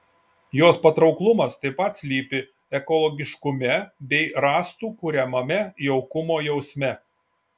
jos patrauklumas taip pat slypi ekologiškume bei rąstų kuriamame jaukumo jausme